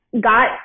got